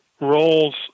roles